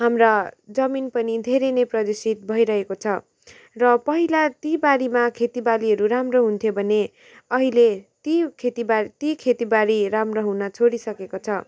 हाम्रा जमिन पनि धेरै नै प्रदूषित भइरहेको छ र पहिला ती बारीमा खेतीबालीहरू राम्रो हुन्थ्यो भने अहिले ती खेतीबाली ती खेतीबारी राम्रो हुन छोडिसकेको छ